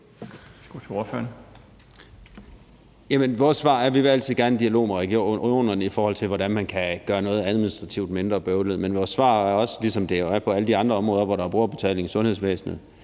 vores svar er, at vi altid gerne vil have en dialog med regionerne, i forhold til hvordan man kan gøre noget administrativt mindre bøvlet. Men vores svar er også, ligesom det jo er på alle de andre områder, hvor der er brugerbetaling i sundhedsvæsenet